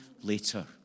later